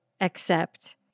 accept